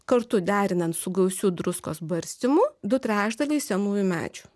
kartu derinant su gausiu druskos barstymu du trečdaliai senųjų medžių